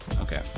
Okay